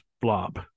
blob